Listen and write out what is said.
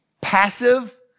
passive